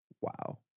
Wow